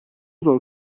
zor